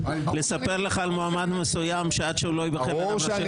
לספר לך על מועמד מסוים שעד שהוא לא ייבחר לרב ראשי